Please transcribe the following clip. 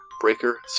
Breaker